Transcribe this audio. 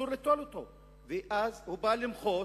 אסור לעצור אותו, ואז הוא בא למחות,